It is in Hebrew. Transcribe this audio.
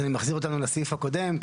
אז אני מחזיר אותנו לסעיף הקודם,